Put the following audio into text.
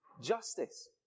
justice